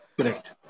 Correct